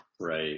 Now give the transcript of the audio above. Right